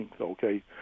okay